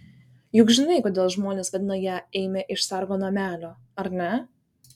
juk žinai kodėl žmonės vadina ją eime iš sargo namelio ar ne